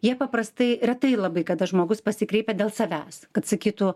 jie paprastai retai labai kada žmogus pasikreipia dėl savęs kad sakytų